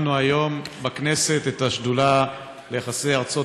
קיימנו היום בכנסת את ישיבת השדולה ליחסי ארצות